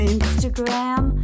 Instagram